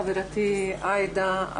חברתי עאידה,